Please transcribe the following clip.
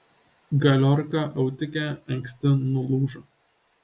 galiorka autike anksti nulūžo